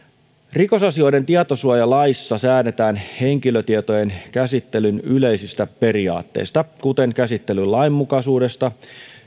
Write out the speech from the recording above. rikosasioiden tietosuojalaissa säädetään henkilötietojen käsittelyn yleisistä periaatteista kuten käsittelyn lainmukaisuudesta